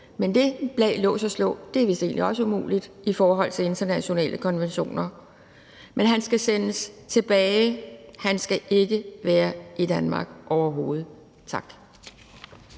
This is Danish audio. Men det med bag lås og slå er vist også umuligt i forhold til internationale konventioner. Men han skal sendes tilbage, han skal ikke være i Danmark, overhovedet. Tak.